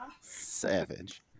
Savage